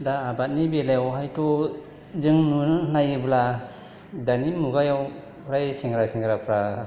दा आबादनि बेलायावहायथ' जों नायोब्ला दानि मुगायाव प्राय सेंग्रा सेंग्राफोरा